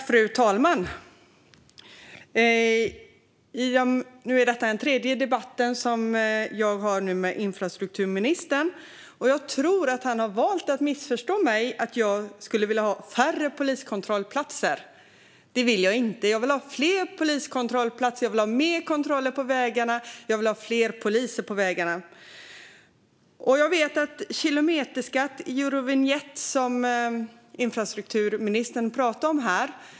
Fru talman! Det här är den tredje debatten som jag har med infrastrukturministern, och jag tror att han har valt att missförstå mig. Jag vill inte ha färre poliskontrollplatser utan fler. Jag vill ha mer kontroller och fler poliser på vägarna. Infrastrukturministern talar om kilometerskatt och Eurovinjett.